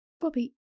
bobby